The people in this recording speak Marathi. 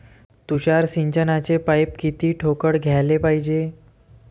तुषार सिंचनाचे पाइप किती ठोकळ घ्याले पायजे?